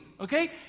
okay